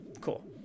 cool